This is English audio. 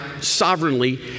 sovereignly